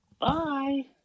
Bye